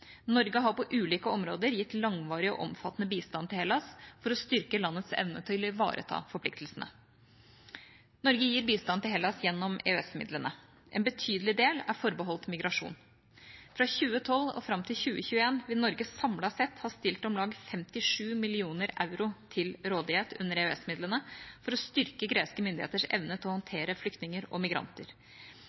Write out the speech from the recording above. Norge har på ulike områder gitt langvarig og omfattende bistand til Hellas for å styrke landets evne til å ivareta sine forpliktelser. Norge gir bistand til Hellas gjennom EØS-midlene. En betydelig del er forbeholdt migrasjon. Fra 2012 og fram til 2021 vil Norge samlet sett ha stilt om lag 57 mill. euro til rådighet under EØS-midlene for å styrke greske myndigheters evne til å håndtere flyktninger og migranter.